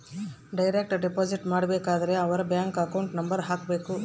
direct deposit ಮಾಡಬೇಕಾದರೆ ಅವರ್ bank account number ಹಾಕ್ಬೆಕು